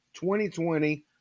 2020